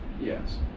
Yes